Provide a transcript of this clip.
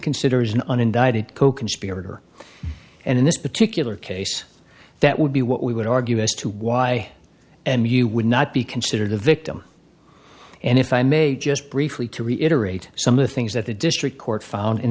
consider is an unindicted coconspirator and in this particular case that would be what we would argue as to why and you would not be considered a victim and if i may just briefly to reiterate some of the things that the district court found